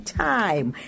time